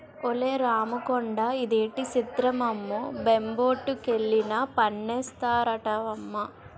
ఒలే రాముకొండా ఇదేటి సిత్రమమ్మో చెంబొట్టుకెళ్లినా పన్నేస్తారటమ్మా